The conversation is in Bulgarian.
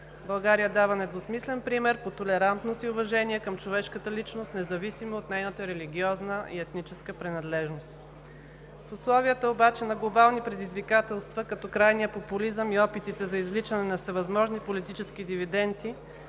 България дава недвусмислен пример по толерантност и уважение към човешката личност, независимо от нейната религиозна и етническа принадлежност. В условията обаче на глобални предизвикателства като крайния популизъм и опитите за извличане на всевъзможни политически дивиденти